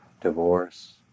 Divorce